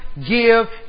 give